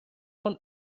von